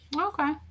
okay